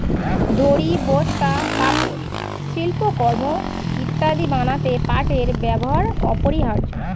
দড়ি, বস্তা, পাপোশ, শিল্পকর্ম ইত্যাদি বানাতে পাটের ব্যবহার অপরিহার্য